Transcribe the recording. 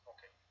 Okay